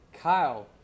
Kyle